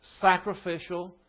sacrificial